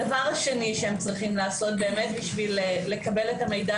הדבר השני שהם צריכים לעשות כדי לקבל את המידע